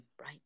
right